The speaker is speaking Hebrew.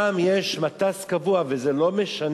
יש שם מטס קבוע וזה לא משנה.